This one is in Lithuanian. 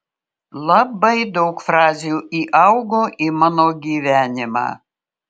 labai daug frazių įaugo į mano gyvenimą